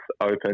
Open